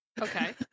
Okay